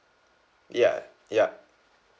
ya ya